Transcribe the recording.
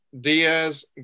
Diaz